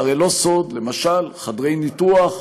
זה הרי לא סוד שלמשל חדרי ניתוח,